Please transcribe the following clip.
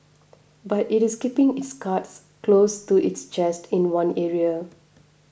but it is keeping its cards close to its chest in one area